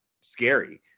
scary